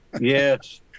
Yes